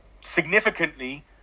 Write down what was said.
significantly